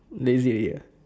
lazy already ah